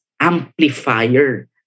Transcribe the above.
amplifier